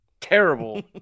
terrible